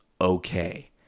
okay